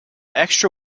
extra